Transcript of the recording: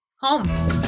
home